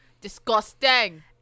Disgusting